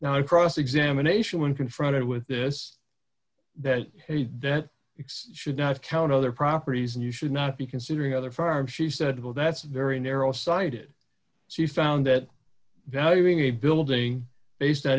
now cross examination when confronted with this that that ex should not count other properties and you should not be considering other firms she said well that's very narrow sided she found that valuing a building based